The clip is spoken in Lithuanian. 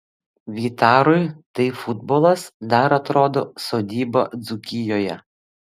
vytarui tai futbolas dar atrodo sodyba dzūkijoje